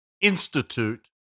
Institute